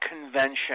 convention